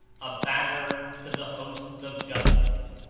a banner to the hosts of justice,